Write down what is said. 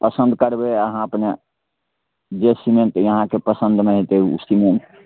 पसन्द करबै अहाँ अपने जे सीमेन्ट अहाँके पसन्दमे एतै ओ सीमेन्ट